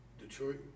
Detroit